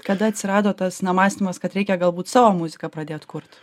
kada atsirado tas na mąstymas kad reikia galbūt savo muziką pradėt kurt